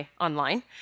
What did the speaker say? online